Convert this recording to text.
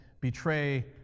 betray